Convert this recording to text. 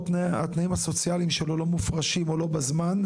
או התנאים הסוציאליים שלו לא מופרשים או לא בזמן,